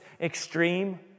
extreme